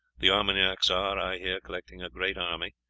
the armagnacs are, i hear, collecting a great army,